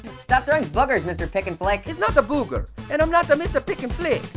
stop throwing boogers, mr. pick-and-flick. is not a booger, and i'm not so mr. pick-and-flick.